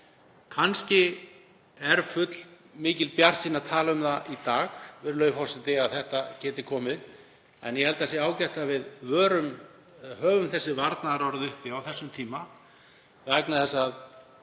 Kannski er fullmikil bjartsýni að tala um það í dag, virðulegur forseti, að það geti gerst. En ég held að það sé ágætt að við höfum þessi varnaðarorð uppi á þessum tíma vegna þess að